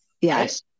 Yes